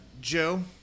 Joe